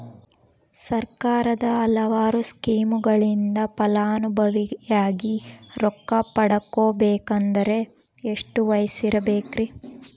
ಸರ್ಕಾರದ ಹಲವಾರು ಸ್ಕೇಮುಗಳಿಂದ ಫಲಾನುಭವಿಯಾಗಿ ರೊಕ್ಕ ಪಡಕೊಬೇಕಂದರೆ ಎಷ್ಟು ವಯಸ್ಸಿರಬೇಕ್ರಿ?